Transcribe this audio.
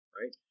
right